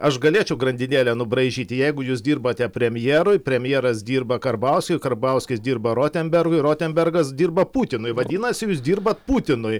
aš galėčiau grandinėlę nubraižyti jeigu jūs dirbate premjerui premjeras dirba karbauskiui karbauskis dirba rotenbergui rotenbergas dirba putinui vadinasi jūs dirbat putinui